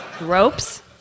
Ropes